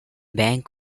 bank